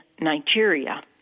Nigeria